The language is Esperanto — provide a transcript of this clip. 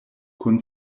kun